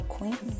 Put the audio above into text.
Queen